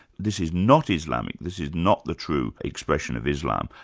this is not islamic, this is not the true expression of islam',